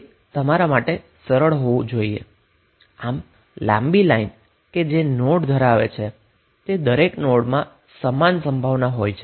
આમ તમે કોઈપણ સ્વરૂપમાં રેફરન્સને રજુ કરી શકો છો જેમ કે લાંબી લાઈનના સ્વરૂપમાં જે નોડ ધરાવે છે તે દરેક નોડમાં સમાન પોટેંશિયલ હોય છે